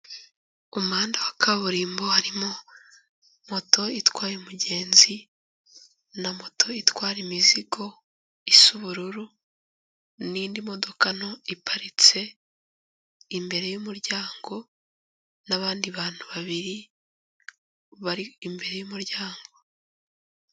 Umuhanda wa kaburimbo harimo moto itwaye umugenzi na moto itwara imizigo isa ubururu n'indi modoka nto iparitse imbere y'umuryango n'abandi bantu babiri bari imbere y'umuryango.